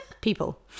people